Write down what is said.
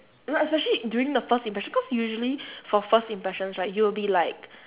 no especially during the first impression cause usually for first impressions right you'll be like